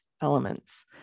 elements